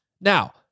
Now